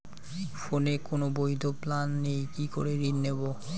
ফোনে কোন বৈধ প্ল্যান নেই কি করে ঋণ নেব?